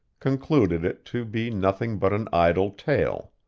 concluded it to be nothing but an idle tale.